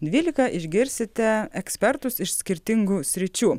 dvylika išgirsite ekspertus iš skirtingų sričių